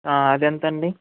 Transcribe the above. అది ఎంతండి